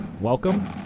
Welcome